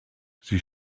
sie